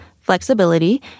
flexibility